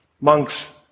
monks